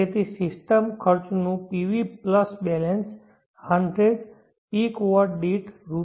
તેથી સિસ્ટમ ખર્ચનું PV plus balance 100 peak watt દીઠ રૂ